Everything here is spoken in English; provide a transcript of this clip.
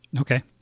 Okay